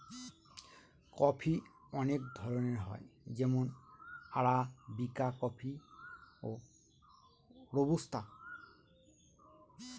coffee অনেক ধরনের হয় যেমন আরাবিকা কফি, রোবুস্তা